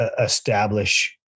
establish